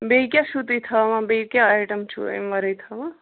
بیٚیہِ کیٛاہ چھو تۄہہِ تھاوان بیٚیہِ کیٛاہ آیٹم چھو اَمہِ ورٲے تھاوان